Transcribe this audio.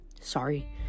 Sorry